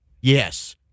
Yes